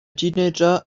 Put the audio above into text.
teenager